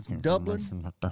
Dublin